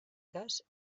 cas